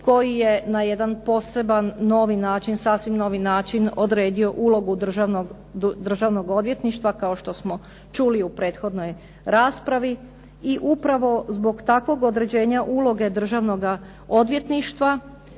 koji je na jedan poseban novi način, sasvim novi način, odredio ulogu Državnog odvjetništva kao što smo čuli u prethodnoj raspravi. I upravo zbog takvog određenja uloge Državnoga odvjetništva